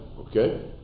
Okay